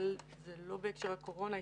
זה לא בהקשר לקורונה.